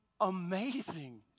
amazing